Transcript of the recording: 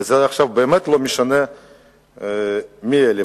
ועכשיו זה באמת לא משנה מי אלה,